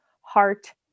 Heart